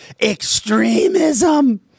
extremism